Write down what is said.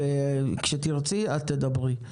וכשתרצי, את תדברי.